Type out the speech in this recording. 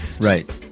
right